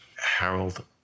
Harold